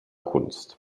kunst